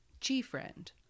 G-Friend